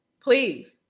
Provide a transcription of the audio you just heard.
please